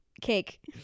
Cake